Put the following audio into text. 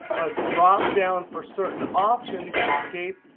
a dropdown for certain options, escape,